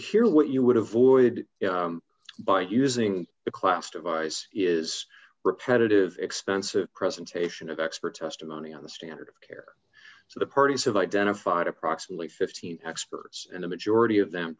hear what you would avoid by using a class device is repetitive expensive presentation of expert testimony on the standard of care so the parties have identified approximately fifteen experts and a majority of them